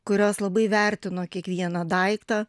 kurios labai vertino kiekvieną daiktą